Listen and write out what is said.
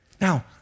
Now